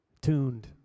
Tuned